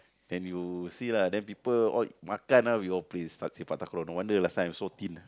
then you see lah then people all makan ah we all play s~ sepak takraw no wonder last time I so thin ah